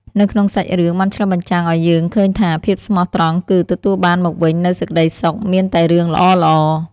នៅក្នុងសាច់រឿង បានឆ្លុះបញ្ចាំងឲ្យយើងឃើញថា ភាពស្មោះត្រង់គឹ ទទួលបានមកវិញនូវសេចក្ដីសុខ មានតែរឿងល្អៗ។